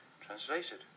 Translated